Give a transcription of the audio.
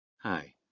Hi